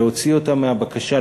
להוציא אותם מהבקשה,